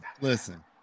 Listen